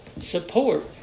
support